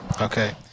Okay